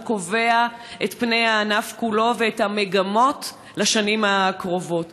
הוא קובע את פני הענף כולו ואת המגמות לשנים הקרובות.